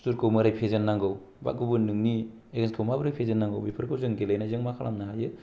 सुथुरखौ मोरै फेजेन नांगौ बा गुबुन नोंनि सेलेन्सखौ माब्रै फेजेन नांगौ बेफोरखौ जों गेलेनायजों मा खालामनो हायो